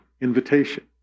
invitation